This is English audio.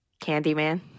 Candyman